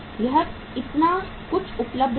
यह इतना कुछ उपलब्ध था